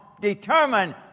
determined